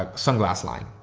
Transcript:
ah sunglass line.